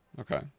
Okay